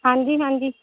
ਹਾਂਜੀ ਹਾਂਜੀ